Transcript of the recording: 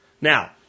Now